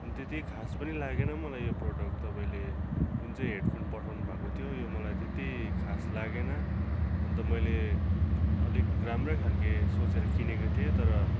अन्त त्यति खास पनि लागेन मलाई यो प्रडक्ट तपाईँले जुन चाहिँ हेडफोन पठाउनु भएको थियो यो मलाई त्यति खास लागेन अन्त मैले अलिक राम्रै खालको सोचेर किनेको थिएँ तर